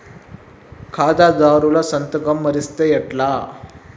ఖాతాదారుల సంతకం మరిస్తే ఎట్లా?